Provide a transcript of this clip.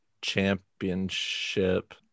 championship